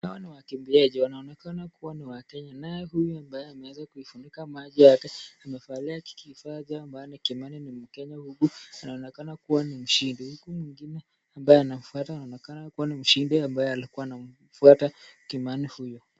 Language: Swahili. Hawa ni wakimbiaji. Wanaonekana kuwa ni wa Kenya. Naye huyu ambaye ameweza kuifunika macho yake amevalia kifaa ambacho Kimani ni mkenya huku anaonekana kuwa ni mshindi huku mwengine ambaye anamfuata anaonekana kuwa ni mshindi ambaye alikuwa anamfuata Kimani huyo.